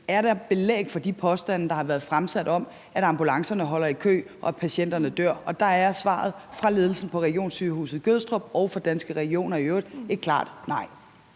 der er belæg for de påstande, der har været fremsat, om, at ambulancerne holder i kø, og at patienterne dør, og der er svaret fra ledelsen på Regionshospitalet Gødstrup og fra Danske Regioner i øvrigt et klart nej.